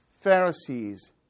Pharisees